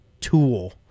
tool